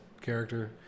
character